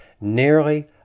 nearly